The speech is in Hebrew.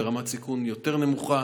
ברמת סיכון יותר נמוכה,